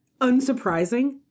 unsurprising